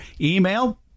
email